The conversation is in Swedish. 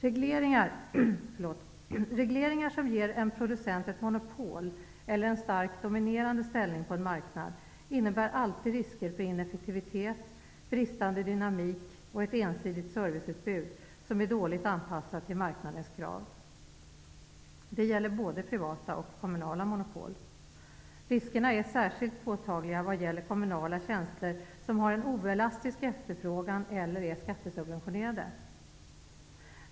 Regleringar som ger en producent ett monpol eller en starkt dominerande ställning på en marknad innebär alltid risker för ineffektivitet, bristande dynamik och ett ensidigt serviceutbud som är dåligt anpassat till marknadens krav. Det gäller både privata och kommunala monopol. Riskerna är särskilt påtagliga när det gäller kommunala tjänster som har en oelastisk efterfrågan eller är skattesubventionerade.